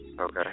Okay